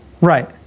Right